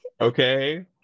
okay